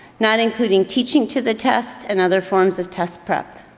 not including teaching to the test and other forms of test prep.